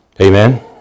Amen